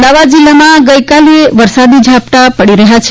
અમદાવાદ જિલ્લામાં ગઇકાલથી વરસાદી ઝાપટાં પડી રહ્યા છે